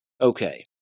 Okay